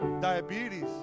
diabetes